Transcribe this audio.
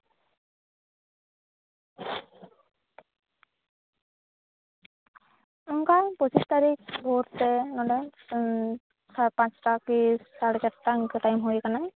ᱚᱱᱠᱟ ᱯᱚᱸᱪᱤᱥ ᱛᱟᱹᱨᱤᱠᱷ ᱵᱷᱳᱨᱛᱮ ᱱᱚᱸᱰᱮ ᱥᱟᱲᱮ ᱯᱟᱸᱪᱴᱟ ᱠᱤ ᱥᱟᱲᱮ ᱪᱟᱴᱴᱟ ᱤᱱᱠᱟᱹ ᱴᱟᱭᱤᱢ ᱦᱩᱭᱟᱠᱟᱱᱟ